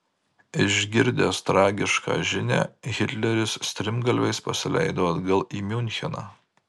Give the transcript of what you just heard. išgirdęs tragišką žinią hitleris strimgalviais pasileido atgal į miuncheną